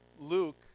Luke